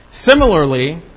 similarly